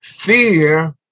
Fear